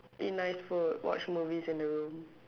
eat nice food watch movies in the room